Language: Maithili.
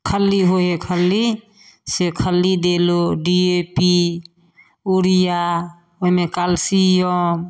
खल्ली होइ हइ खल्ली से खल्ली देलहुँ डी ए पी यूरिआ ओहिमे कैल्शिअम